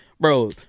Bro